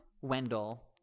Wendell